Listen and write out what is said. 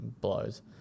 blows